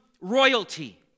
royalty